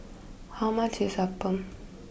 how much is Appam